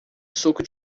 suco